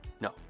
No